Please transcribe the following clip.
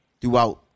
throughout